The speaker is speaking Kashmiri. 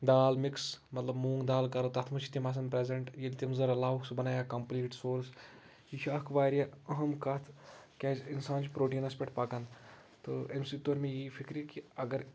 دال مِکِس مطلب موٗنگ دال کَرو تَتھ منٛز چھِ تِم آسان پریزینٛٹ ییٚلہِ تِم زٕ رَلاوو سُہ بَنایہِ اکھ کَمپٔلیٖٹ سورٕس یہِ چھِ اکھ واریاہ اَہم کَتھ کیازِ اِنسان چھُ پروٹینس پٮ۪ٹھ پِکان تہٕ اَمہِ سۭتۍ تور مےٚ یی فِکرِ کہِ اَگر